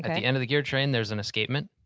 and the end of the gear train there's an escapement.